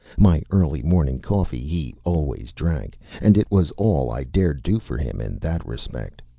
my early-morning coffee he always drank and it was all i dared do for him in that respect.